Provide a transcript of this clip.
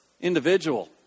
individual